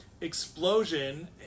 explosion